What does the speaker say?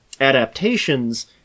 adaptations